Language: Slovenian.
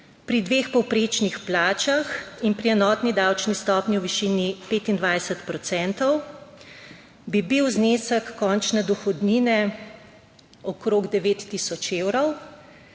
Pri dveh povprečnih plačah in pri enotni davčni stopnji v višini 25 procentov, bi bil znesek končne dohodnine okrog 9 tisoč evrov.